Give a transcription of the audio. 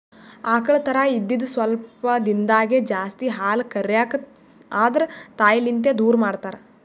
ಆಕಳ್ ಕರಾ ಇದ್ದಿದ್ ಸ್ವಲ್ಪ್ ದಿಂದಾಗೇ ಜಾಸ್ತಿ ಹಾಲ್ ಕರ್ಯಕ್ ಆದ್ರ ತಾಯಿಲಿಂತ್ ದೂರ್ ಮಾಡ್ತಾರ್